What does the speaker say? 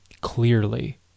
clearly